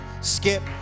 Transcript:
skip